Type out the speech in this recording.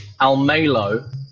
Almelo